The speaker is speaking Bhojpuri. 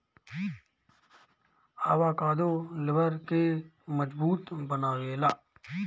अवाकादो लिबर के मजबूत बनावेला